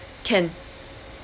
can